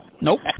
Nope